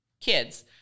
kids